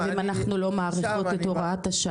אם אנחנו לא מאריכות את הוראת השעה?